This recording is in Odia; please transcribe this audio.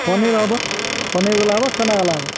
ପନିର ହବ ପନିର ଭଲ ହବ ଛେନା ଭଲ ହବ